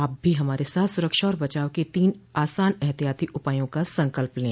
आप भी हमारे साथ सुरक्षा और बचाव के तीन आसान एहतियाती उपायों का संकल्प लें